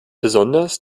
besonders